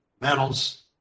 metals